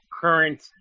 current